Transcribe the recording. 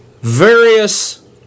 various